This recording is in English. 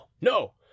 no